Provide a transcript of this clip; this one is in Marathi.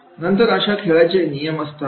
नंतर अशा खेळामध्ये नियम असतात